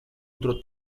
otro